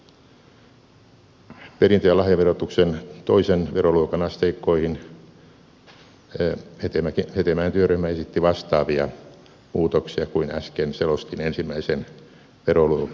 perintö ja lahjaverotuksen toisen veroluokan asteikkoihin hetemäen työryhmä esitti vastaavia muutoksia kuin äsken selostin ensimmäisen veroluokan osalta